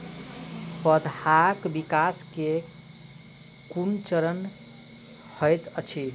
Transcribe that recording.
पौधाक विकास केँ केँ कुन चरण हएत अछि?